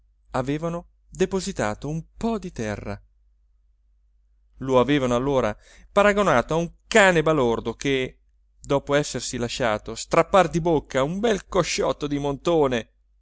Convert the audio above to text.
avevano depositato un po di terra lo avevano allora paragonato a un cane balordo che dopo essersi lasciato strappar di bocca un bel cosciotto di montone